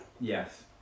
Yes